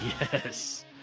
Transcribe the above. Yes